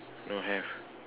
don't have